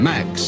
Max